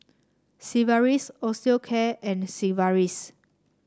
Sigvaris Osteocare and Sigvaris